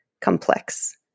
complex